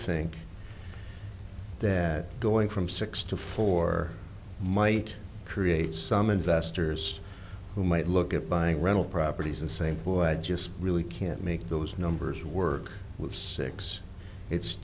think that going from six to four might create some investors who might look at buying rental properties and same boy i just really can't make those numbers work with six it's